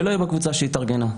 שלא יהיה בקבוצה שהתארגנה.